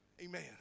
Amen